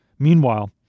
Meanwhile